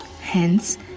Hence